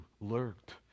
lurked